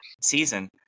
season